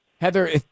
Heather